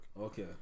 Okay